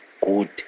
good